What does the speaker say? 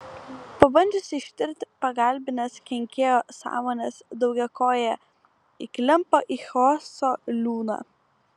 pabandžiusi ištirti pagalbines kenkėjo sąmones daugiakojė įklimpo į chaoso liūną